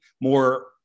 more